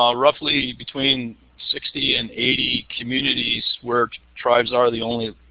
um roughly between sixty and eighty communities where tribes are the only